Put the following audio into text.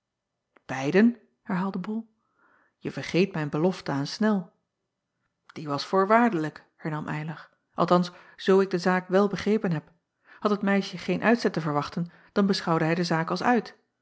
eiden herhaalde ol je vergeet mijn belofte aan nel ie was voorwaardelijk hernam ylar althans zoo ik de zaak wel begrepen heb ad het meisje geen uitzet te verwachten dan beschouwde hij de zaak als uit